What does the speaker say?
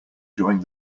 during